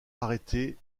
arrêté